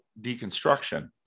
deconstruction